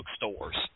bookstores